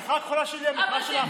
המסכה הכחולה שלי זו של המחאה של האחיות.